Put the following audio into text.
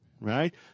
right